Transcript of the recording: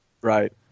Right